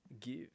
give